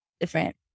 different